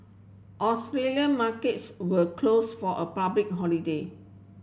Australian markets were closed for a public holiday